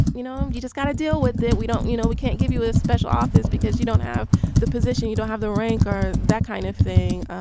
you know, you just got to deal with that. we don't you know, we can't give you a special office because you don't have the position, you don't have the rank or that kind of thing.